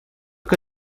que